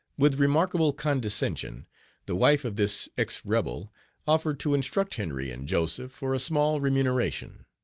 with remarkable condescension the wife of this ex-rebel offered to instruct henry and joseph for a small remuneration.